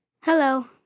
Hello